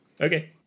Okay